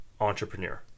entrepreneur